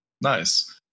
Nice